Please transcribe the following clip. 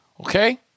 Okay